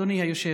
אדוני היושב-ראש,